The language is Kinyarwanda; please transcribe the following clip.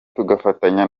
tugafatanya